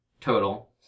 total